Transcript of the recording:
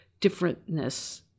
differentness